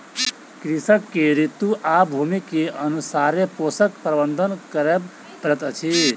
कृषक के ऋतू आ भूमि के अनुसारे पोषक प्रबंधन करअ पड़ैत अछि